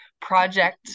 project